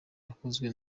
yakozwe